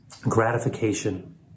gratification